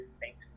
thanks